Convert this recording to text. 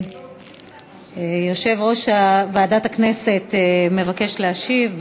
יושב-ראש ועדת הכנסת מבקש להשיב.